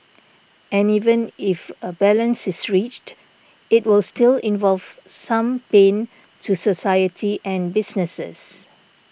and even if a balance is reached it will still involve some pain to society and businesses